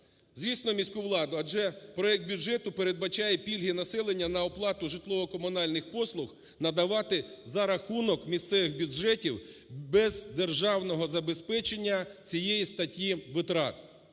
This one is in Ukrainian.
Звісно, міську владу. Адже проект бюджету передбачає пільги населення на оплату житлово-комунальних послуг надавати за рахунок місцевих бюджетів без державного забезпечення цієї статті витрат.